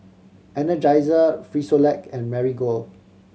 Energizer Frisolac and Marigold